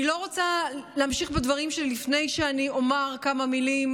אני לא רוצה להמשיך בדברים שלי לפני שאני אומר כמה מילים